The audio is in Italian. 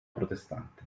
protestante